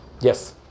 Yes